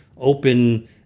open